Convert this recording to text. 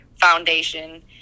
foundation